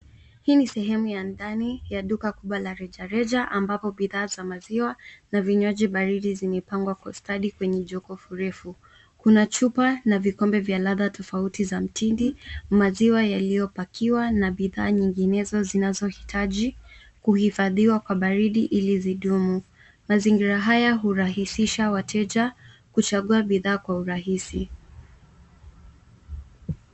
Hii ni sehemu ya ndani ya duka kubwa la rejareja, ambapo bidhaa za maziwa na vinywaji baridi zimepangwa kwa ustadi kwenye rafu ndefu. Kuna chupa na vikombe vya aina mbalimbali za mtindi, maziwa pamoja na bidhaa nyinginezo zinazohitaji kuhifadhiwa kwenye baridi ili zidumu. Mpangilio huu unarahisisha wateja kuchagua bidhaa kwa urahisi